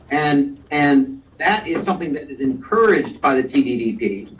and and that is something that is encouraged by the tddp.